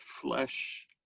flesh